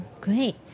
Great